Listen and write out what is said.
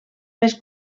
més